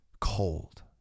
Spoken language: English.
cold